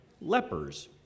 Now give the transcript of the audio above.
Lepers